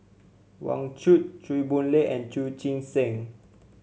Wang Chunde Chew Boon Lay and Chu Chee Seng